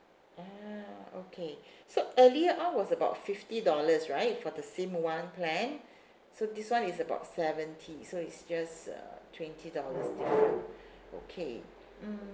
ah okay so earlier on was about fifty dollars right for the SIM one plan so this [one] is about seventy so it's just uh twenty dollars different okay mm